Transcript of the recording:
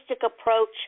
approach